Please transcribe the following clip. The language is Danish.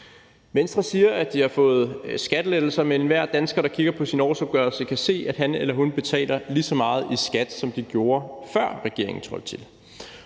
Venstre siger, at de har fået skattelettelser, men enhver dansker, der kigger på sin årsopgørelse, kan se, at han eller hun betaler lige så meget i skat, som de gjorde, før regeringen trådte til.